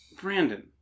Brandon